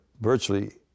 virtually